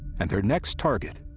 and their next target,